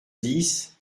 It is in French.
dix